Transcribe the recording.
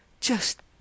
Just